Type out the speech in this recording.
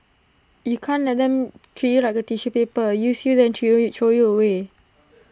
you can't let them treat you like A tissue paper use you then throw you throw you away